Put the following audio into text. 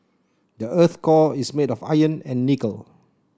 the earth's core is made of iron and nickel